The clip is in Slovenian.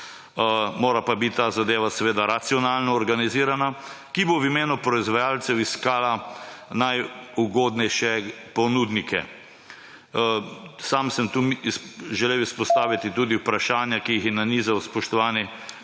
mora pa biti ta zadeva seveda racionalno organizirana – ki bo v imenu proizvajalcev iskala najugodnejše ponudnike. Sam sem tu želel izpostaviti tudi vprašanja, ki jih je nanizal spoštovani